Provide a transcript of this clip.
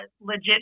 legit